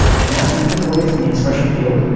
and now, if you click away from the expression field,